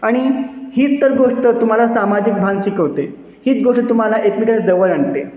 आणि हीच तर गोष्ट तुम्हाला सामाजिक भान शिकवते हीच गोष्ट तुम्हाला एकमेकांच्या जवळ आणते